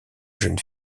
jeune